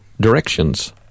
directions